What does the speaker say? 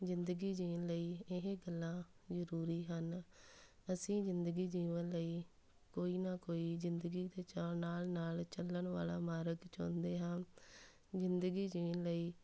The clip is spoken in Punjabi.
ਜ਼ਿੰਦਗੀ ਜੀਣ ਲਈ ਇਹ ਗੱਲਾਂ ਜ਼ਰੂਰੀ ਹਨ ਅਸੀਂ ਜ਼ਿੰਦਗੀ ਜਿਊਣ ਲਈ ਕੋਈ ਨਾ ਕੋਈ ਜ਼ਿੰਦਗੀ ਦੇ ਚਾਅ ਨਾਲ਼ ਨਾਲ਼ ਚੱਲਣ ਵਾਲਾ ਮਾਰਗ ਚਾਹੁੰਦੇ ਹਾਂ ਜ਼ਿੰਦਗੀ ਜੀਣ ਲਈ